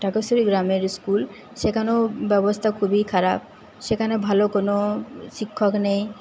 ঢাকেশ্বরী গ্রামের স্কুল সেখানেও ব্যবস্থা খুবই খারাপ সেখানে ভালো কোনও শিক্ষক নেই